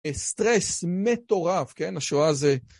סטרס מטורף, כן? השואה זה...